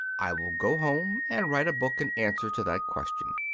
i will go home and write a book in answer to that question.